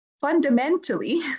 fundamentally